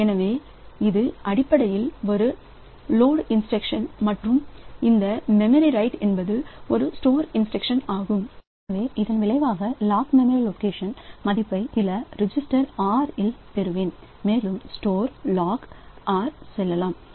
எனவே இது அடிப்படையில் ஒரு லோட் இன்ஸ்டிரக்ஷன் மற்றும் இந்த மெமரி ரைட் என்பது ஒரு ஸ்டோர் இன்ஸ்டிரக்ஷன் ஆகும் எனவே இதன் விளைவாக லாக் மெமரி லொகேஷன் மதிப்பை சில பதிவு R இல் பெறுவேன் மேலும் ஸ்டோர் லாக் R சொல்லலாம்